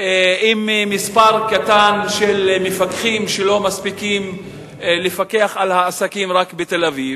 עם מספר קטן של מפקחים שלא מספיקים לפקח רק על העסקים בתל-אביב.